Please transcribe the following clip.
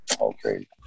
Okay